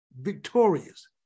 Victorious